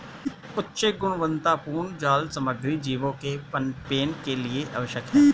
उच्च गुणवत्तापूर्ण जाल सामग्री जीवों के पनपने के लिए आवश्यक है